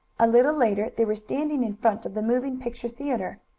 a little later they were standing in front of the moving picture theatre,